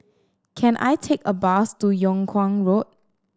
can I take a bus to Yung Kuang Road